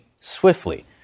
swiftly